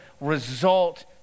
result